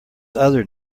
other